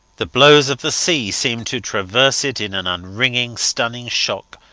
the blows of the sea seemed to traverse it in an unringing, stunning shock,